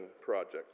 project